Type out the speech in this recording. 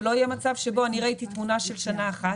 ולא יהיה מצב שבו אני ראיתי תמונה של שנה אחת,